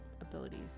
abilities